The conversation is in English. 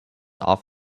off